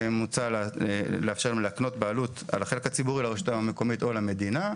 מוצע לאפשר להקנות בעלות על החלק הציבורי לרשות המקומית או למדינה.